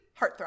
Heartthrob